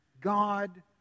God